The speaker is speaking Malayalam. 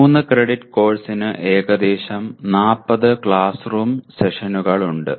3 ക്രെഡിറ്റ് കോഴ്സിന് ഏകദേശം 40 ക്ലാസ് റൂം സെഷനുകൾ ഉണ്ട്